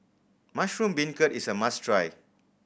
mushroom beancurd is a must try